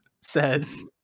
says